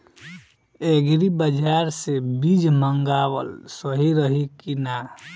Agri बाज़ार से बीज मंगावल सही रही की ना?